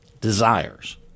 desires